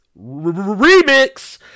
remix